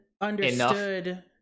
understood